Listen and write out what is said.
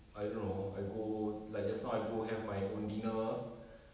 I don't know I go like just now I go have my own dinner